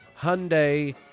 Hyundai